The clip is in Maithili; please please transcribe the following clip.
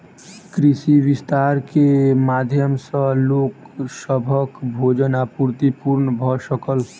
कृषि विस्तार के माध्यम सॅ लोक सभक भोजन आपूर्ति पूर्ण भ सकल